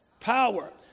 Power